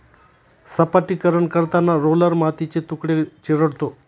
सपाटीकरण करताना रोलर मातीचे तुकडे चिरडतो